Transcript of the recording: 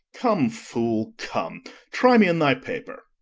come, fool, come try me in thy paper.